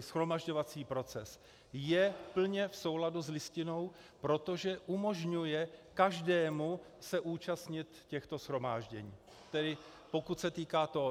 shromažďovací proces je plně v souladu s Listinou, protože umožňuje každému se účastnit těchto shromáždění, pokud se týká toho.